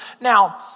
Now